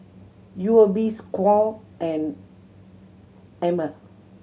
U O B score and Ema